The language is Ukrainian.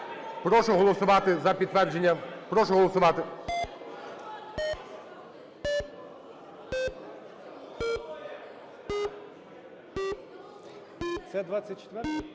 Прошу голосувати за підтвердження.